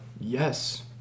Yes